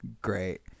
great